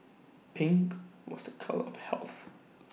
pink was A colour of health